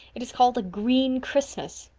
it is called a green christmas!